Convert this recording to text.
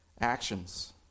actions